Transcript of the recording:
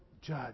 judge